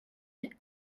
the